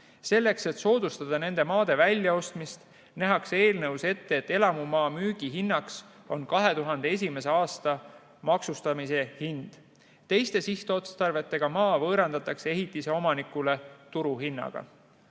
Selleks, et soodustada nende maade väljaostmist, nähakse eelnõus ette, et elamumaa müügihinnaks on 2001. aasta maksustamise hind. Teiste sihtotstarvetega maa võõrandatakse ehitise omanikule turuhinnaga.